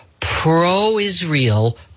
pro-Israel